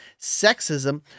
sexism